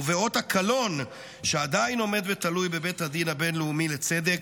ובאות הקלון שעדיין עומד ותלוי בבית הדין הבינלאומי לצדק,